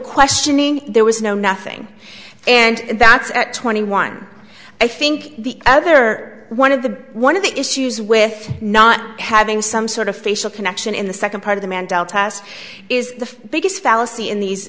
questioning there was no nothing and that's at twenty one i think the other one of the one of the issues with not having some sort of facial connection in the second part of the mandela class is the biggest fallacy in these